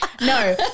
No